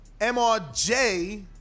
MRJ